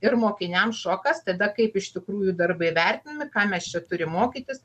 ir mokiniams šokas tada kaip iš tikrųjų darbai vertinami ką mes čia turim mokytis